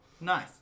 Nice